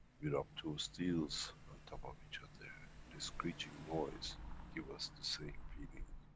we rub two steels on top of each other, the screeching noise give us the same feeling.